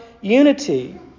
unity